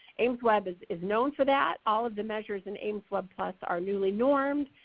aimsweb is is known for that. all of the measures in aimswebplus are newly normed,